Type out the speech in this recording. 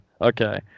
okay